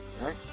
right